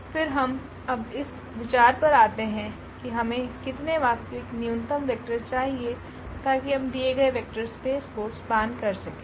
फिर हम अब इस विचार पर आते है कि हमें कितने वास्तविक न्यूनतम वेक्टर चाहिए ताकि हम दिए गए वेक्टर स्पेस को स्पान कर सकें